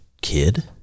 kid